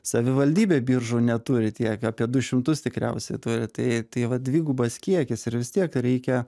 savivaldybė biržų neturi tiek apie du šimtus tikriausiai turi tai tai va dvigubas kiekis ir vis tiek reikia